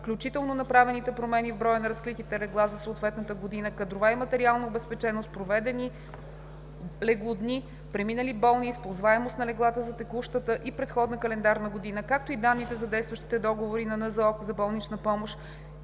включително направените промени в броя на разкритите легла за съответната година; кадрова и материална обезпеченост, проведени леглодни, преминали болни и използваемост на леглата за текущата и предходната календарна година, както и данните за действащите договори на НЗОК за болнична помощ